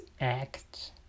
act